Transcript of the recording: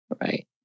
Right